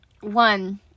one